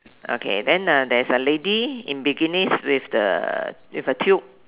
okay then uh there's a lady in bikinis with the with a tube